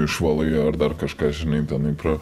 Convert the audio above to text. išvalai ar dar kažką žinai tenai pro